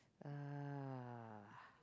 uh